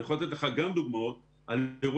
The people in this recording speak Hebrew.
אני יכול לתת לך דוגמאות על אירועים